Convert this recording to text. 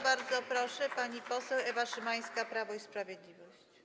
Bardzo proszę, pani poseł Ewa Szymańska, Prawo i Sprawiedliwość.